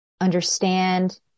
understand